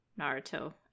Naruto